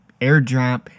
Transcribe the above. airdrop